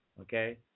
Okay